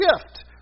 shift